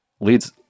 leads